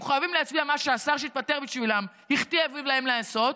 הם מחויבים להצביע מה שהשר שהתפטר בשבילם הכתיב להם לעשות,